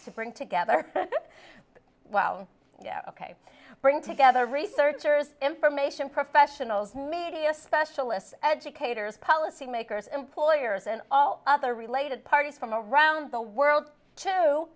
bring together well ok bring together researchers information professionals media specialists educators policymakers employers and all other related parties from around the world to